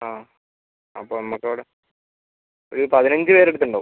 ആ അപ്പം നമുക്ക് അവിടെ ഒരു പതിനഞ്ച് പേരുടെ അടുത്ത് ഉണ്ടാവും